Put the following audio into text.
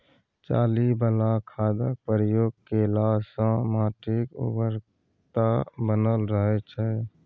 चाली बला खादक प्रयोग केलासँ माटिक उर्वरता बनल रहय छै